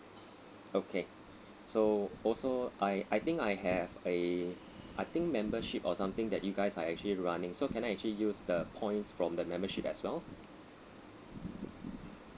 okay so also I I think I have a I think membership or something that you guys are actually running so can I actually use the points from the membership as well